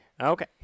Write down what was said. Okay